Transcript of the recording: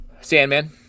Sandman